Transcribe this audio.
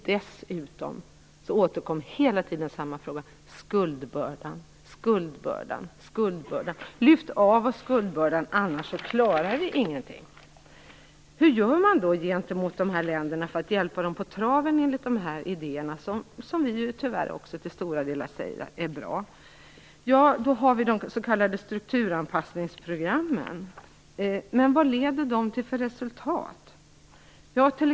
Dessutom återkommer hela tiden samma fråga: skuldbördan. "Lyft av oss skuldbördan, annars klarar vi ingenting!" Hur gör man då gentemot de här länderna för att hjälpa dem på traven, enligt de idéer som vi tyvärr också till stora delar säger är bra? Ja, då har vi de s.k. strukturanpassningsprogrammen, men vilka resultat leder de till?